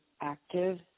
active